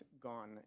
gone